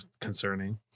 concerning